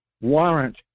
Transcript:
warrant